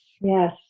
Yes